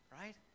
right